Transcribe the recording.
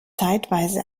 zeitweise